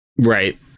right